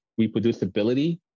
reproducibility